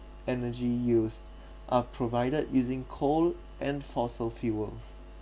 energy used are provided using coal and fossil fuels